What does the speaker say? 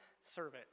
servant